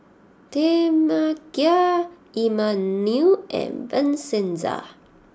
Tamekia Emanuel and Vincenza